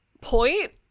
point